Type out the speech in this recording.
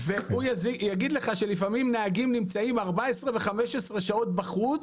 והוא יגיד לך שלפעמים נהגים נמצאים 14 או 15 שעות בחוץ.